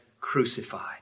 crucified